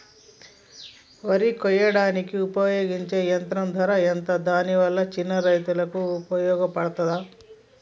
వరి కొయ్యడానికి ఉపయోగించే యంత్రం ధర ఎంత దాని వల్ల చిన్న రైతులకు ఉపయోగపడుతదా?